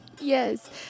Yes